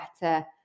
better